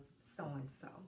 so-and-so